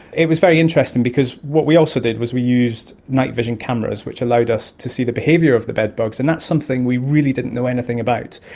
it was very interesting because what we also did was we used nightvision cameras which allowed us to see the behaviour of the bedbugs, and that's something we really didn't know anything about.